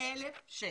1,000 שקלים.